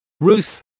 Ruth